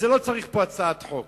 ולא צריך פה הצעת חוק.